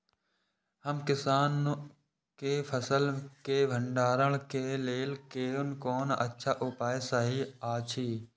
हम किसानके फसल के भंडारण के लेल कोन कोन अच्छा उपाय सहि अछि?